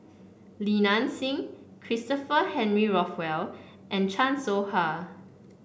Li Nanxing Christopher Henry Rothwell and Chan Soh Ha